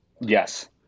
Yes